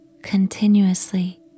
continuously